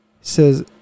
says